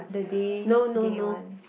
the day day one